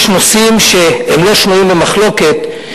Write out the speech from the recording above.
יש נושאים שהם לא שנויים במחלוקת.